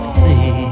see